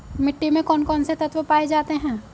मिट्टी में कौन कौन से तत्व पाए जाते हैं?